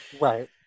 Right